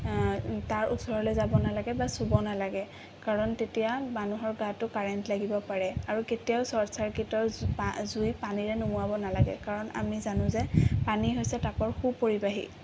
তাৰ ওচৰলে যাব নালাগে বা চুব নালাগে কাৰণ তেতিয়া মানুহৰ গাতো কাৰেণ্ট লাগিব পাৰে আৰু কেতিয়াও ছৰ্ট ছাৰ্কিটৰ জুই পানীৰে নোমোৱাব নালাগে কাৰণ আমি জানোঁ যে পানী হৈছে তাপৰ সুপৰিবাহি